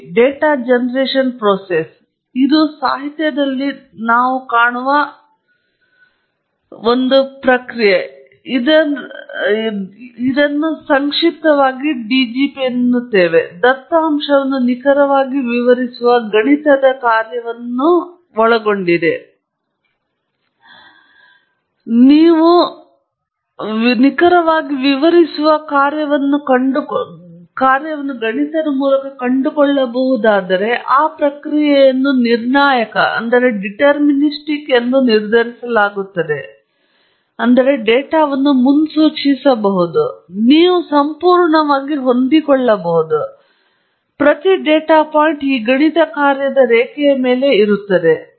P ನಾವು ಸಾಹಿತ್ಯದಲ್ಲಿ ಸಹ ಕಾಣುವ ಒಂದು ಸಂಕ್ಷಿಪ್ತ ರೂಪವಾಗಿ ಬಳಸುತ್ತೇವೆ ದತ್ತಾಂಶವನ್ನು ನಿಖರವಾಗಿ ವಿವರಿಸುವ ಗಣಿತದ ಕಾರ್ಯವನ್ನು ನೀವು ಕಂಡುಕೊಳ್ಳಬಹುದಾದರೆ ನಿರ್ಣಾಯಕ ಎಂದು ನಿರ್ಧರಿಸಲಾಗುತ್ತದೆ ಅಂದರೆ ಇದು ಡೇಟಾವನ್ನು ಮುನ್ಸೂಚಿಸಬಹುದು ನೀವು ಸಂಪೂರ್ಣವಾಗಿ ಹೊಂದಿಕೊಳ್ಳಬಹುದು ಪ್ರತಿ ಡಾಟಾ ಪಾಯಿಂಟ್ ಈ ಗಣಿತ ಕಾರ್ಯದ ರೇಖೆಯ ಮೇಲೆ ಇರುತ್ತದೆ